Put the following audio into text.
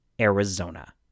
Arizona